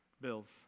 bills